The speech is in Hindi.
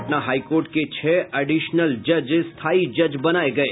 पटना हाई कोर्ट के छह एडिशनल जज स्थायी जज बनाये गये